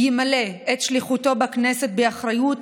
ימלא את שליחותו בכנסת באחריות,